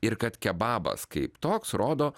ir kad kebabas kaip toks rodo